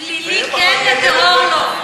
לפלילי כן, לטרור לא.